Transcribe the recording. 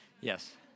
Yes